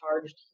charged